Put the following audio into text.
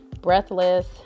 Breathless